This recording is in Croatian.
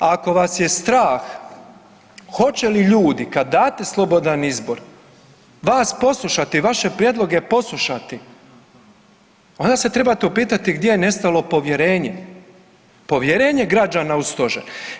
Ako vas je strah hoće li ljudi kad date slobodan izbor vas poslušati, vaše prijedloge poslušati, onda se trebate upitati gdje je nestalo povjerenje, povjerenje građana u stožer.